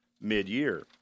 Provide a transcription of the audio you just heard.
mid-year